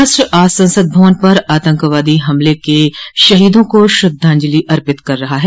राष्ट्र आज संसद भवन पर आतंकवादी हमले के शहीदों को श्रद्धाजलि अर्पित कर रहा है